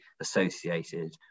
associated